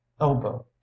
elbow